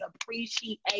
appreciate